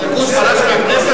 הליכוד פרש מהכנסת.